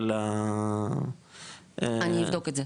אבל ה- אני אבדוק את זה.